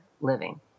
living